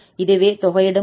இதுவே தொகையிடும் காரணி